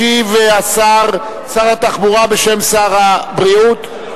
ישיב שר התחבורה בשם שר הבריאות.